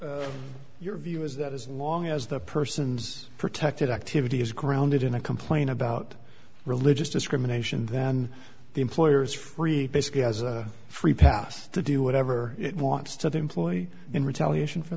your your view is that as long as the person's protected activity is grounded in a complain about religious discrimination then the employer is free basically has a free pass to do whatever it wants to the employee in retaliation for